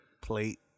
plate